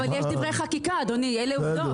אבל יש דברי חקיקה, אדוני, אלה עובדות.